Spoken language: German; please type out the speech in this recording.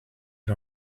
wir